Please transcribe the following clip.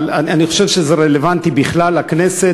אבל אני חושב שזה רלוונטי בכלל לכנסת,